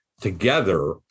together